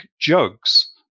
jugs